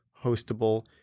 hostable